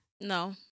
No